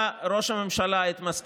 חברי הכנסת, מי בעד?